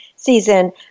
season